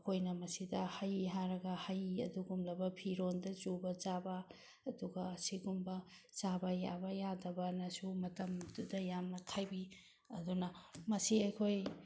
ꯑꯩꯈꯣꯏꯅ ꯃꯁꯤꯗ ꯍꯩ ꯍꯥꯏꯔꯒ ꯍꯩ ꯑꯗꯨꯒꯨꯝꯂꯕ ꯐꯤꯔꯣꯜꯗ ꯆꯨꯕ ꯆꯥꯕ ꯑꯗꯨꯒ ꯑꯁꯤꯒꯨꯝꯕ ꯆꯥꯕ ꯌꯥꯕ ꯌꯥꯗꯕꯅꯁꯨ ꯃꯇꯝꯗꯨꯗ ꯌꯥꯝꯅ ꯈꯥꯏꯕꯤ ꯑꯗꯨꯅ ꯃꯁꯤ ꯑꯩꯈꯣꯏ